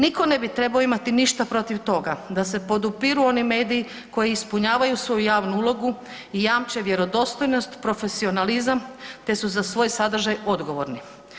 Niko ne bi trebao imati ništa protiv toga da se podupiru oni mediji koji ispunjavaju svoju javnu ulogu i jamče vjerodostojnost, profesionalizam te su za svoje sadržaj odgovorni.